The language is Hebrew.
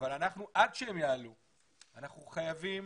אבל עד שהם יעלו אנחנו חייבים